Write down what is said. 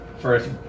First